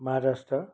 Maharashtra